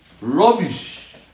Rubbish